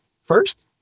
first